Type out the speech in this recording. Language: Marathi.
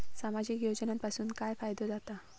सामाजिक योजनांपासून काय फायदो जाता?